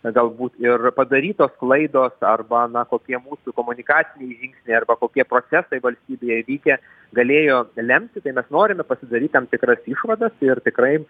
galbūt ir padarytos klaidos arba na kokie mūsų komunikaciniai žingsniai arba kokie procesai valstybėj vykę galėjo lemti tai tai mes norime pasidaryt tam tikras išvadas ir tikrai